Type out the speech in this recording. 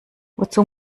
wozu